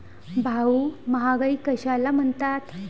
भाऊ, महागाई कशाला म्हणतात?